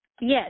Yes